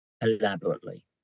elaborately